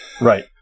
right